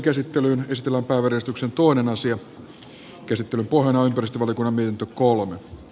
käsittelyn pohjana on ympäristövaliokunnan mietintö